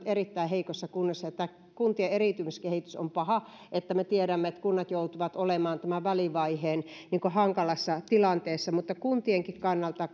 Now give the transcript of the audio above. erittäin heikossa kunnossa kuntien eriytymiskehitys on paha me tiedämme että kunnat joutuvat olemaan tämän välivaiheen niin kuin hankalassa tilanteessa mutta kuntienkin kannalta